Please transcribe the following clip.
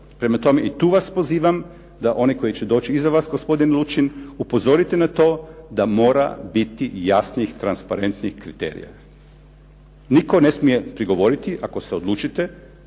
Prema tome i tu vas pozivam da one koji će doći iza vas, gospodin Lučin, upozorite na to da mora biti jasnih, transparentnih kriterija. Nitko ne smije prigovoriti ako se odlučite